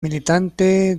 militante